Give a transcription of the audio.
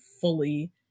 fully